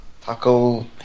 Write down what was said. Taco